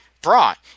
brought